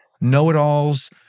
know-it-alls